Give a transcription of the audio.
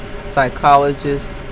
psychologist